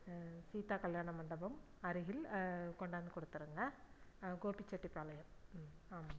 சீதா கல்யாண மண்டபம் அருகில் கொண்டாந்து கொடுத்துருங்க கோபிச்செட்டிப்பாளையம் ம் ஆமாம்